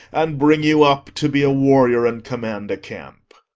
and bring you up to be a warrior and command a camp.